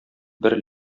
бер